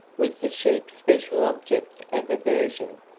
was the sheik's special object of aversion.